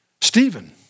Stephen